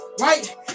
right